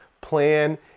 plan